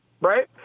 Right